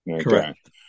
Correct